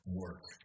work